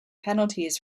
penalties